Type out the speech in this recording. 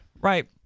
right